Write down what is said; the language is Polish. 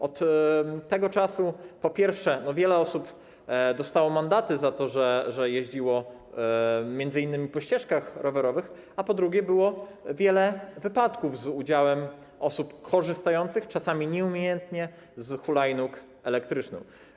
Od tego czasu, po pierwsze, wiele osób dostało mandaty za to, że jeździło m.in. po ścieżkach rowerowych, a po drugie, było wiele wypadków z udziałem osób korzystających, czasami nieumiejętnie, z hulajnóg elektrycznych.